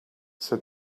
said